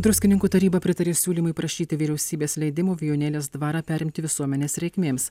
druskininkų taryba pritarė siūlymui prašyti vyriausybės leidimo vijūnėlės dvarą perimti visuomenės reikmėms